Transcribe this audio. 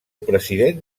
president